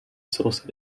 source